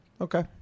Okay